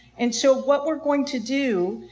and so what we're going to do,